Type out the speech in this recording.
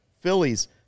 Phillies